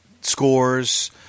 scores